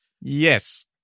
Yes